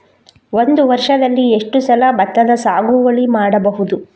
ಒಂದು ವರ್ಷದಲ್ಲಿ ಎಷ್ಟು ಸಲ ಭತ್ತದ ಸಾಗುವಳಿ ಮಾಡಬಹುದು?